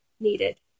needed